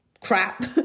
crap